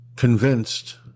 convinced